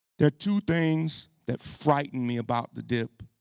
there are two things that frighten me about the dip,